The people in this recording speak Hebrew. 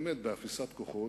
באמת באפיסת כוחות,